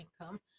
income